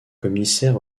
commissaire